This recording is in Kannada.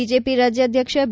ಬಿಜೆಪಿ ರಾಜ್ಯಾಧ್ಯಕ್ಷ ಬಿ